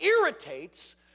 irritates